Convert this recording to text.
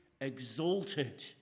exalted